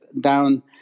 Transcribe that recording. down